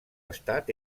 estat